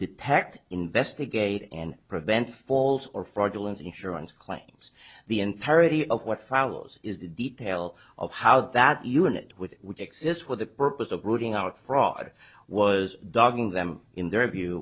detect investigate and prevent false or fraudulent insurance claims the in parody of what follows is the detail of how that unit with which exists for the purpose of rooting out fraud was dogging them in their view